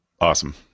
Awesome